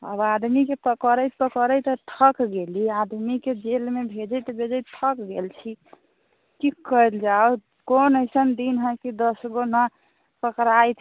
अब आदमीके पकड़ैत पकड़ैत थकि गेली आदमीके जेलमे भेजैत भेजैत थकि गेल छी कि कएल जाइ कोन अइसन दिन हइ कि दस गो नहि पकड़ाइत